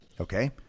Okay